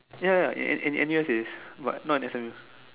ya ya and and and yours is what not in S_M_U